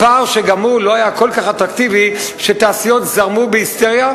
פער שגם הוא לא היה כל כך אטרקטיבי שתעשיות זרמו בהיסטריה.